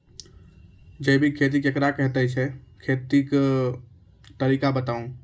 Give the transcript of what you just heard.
जैबिक खेती केकरा कहैत छै, खेतीक तरीका बताऊ?